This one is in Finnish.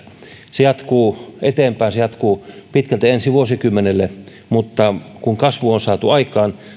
se jatkuu eteenpäin se jatkuu pitkälti ensi vuosikymmenille mutta kun kasvu on saatu aikaan